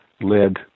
led